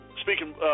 speaking